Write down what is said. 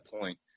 point